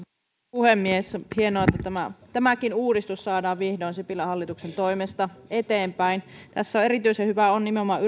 puhemies hienoa että tämäkin uudistus saadaan vihdoin sipilän hallituksen toimesta eteenpäin tässä erityisen hyvää on nimenomaan